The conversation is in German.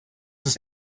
ist